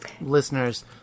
listeners